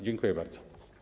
Dziękuję bardzo.